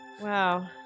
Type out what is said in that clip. Wow